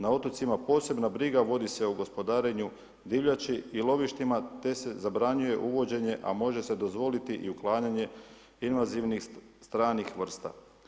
Na otocima posebna briga vodi se o gospodarenju divljači i lovištima, te se zabranjuje uvođenje, a može se dozvoliti i uklanjanje invazivnih stranih vrsta.